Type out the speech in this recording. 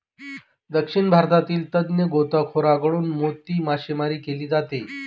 दक्षिण भारतातील तज्ञ गोताखोरांकडून मोती मासेमारी केली जाते